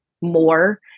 more